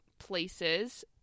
places